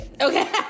Okay